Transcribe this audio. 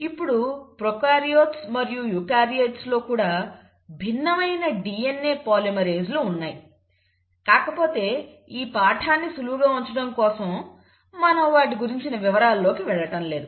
ఇప్పుడు ప్రోకార్యోట్లు మరియు యూకార్యోట్స్ లో కూడా భిన్నమైన DNA పాలిమరేస్ లు ఉన్నాయి కాకపోతే ఈ పాఠాన్ని సులువుగా ఉంచడం కోసం వాటి గురించిన వివరాల్లోకి వెళ్లటం లేదు